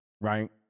right